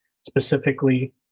specifically